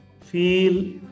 Feel